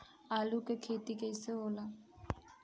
आलू के खेती कैसे होला?